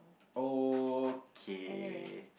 okay